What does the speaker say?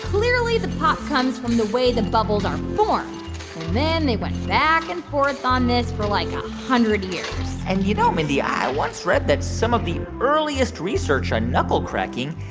clearly, the pop comes from the way the bubbles are formed. and then they went back and forth on this for, like, a hundred years and, you know, mindy, i once read that some of the earliest research on knuckle cracking,